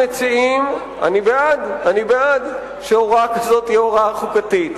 אני בעד שהוראה כזו תהיה הוראה חוקתית.